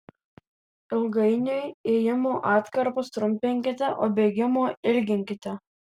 ilgainiui ėjimo atkarpas trumpinkite o bėgimo ilginkite